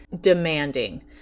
demanding